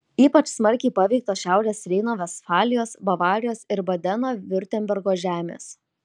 ypač smarkiai paveiktos šiaurės reino vestfalijos bavarijos ir badeno viurtembergo žemės